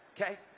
okay